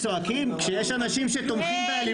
כשיש אנשים שתומכים באלימות צועקים.